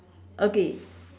okay